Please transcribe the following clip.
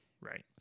right